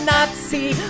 Nazi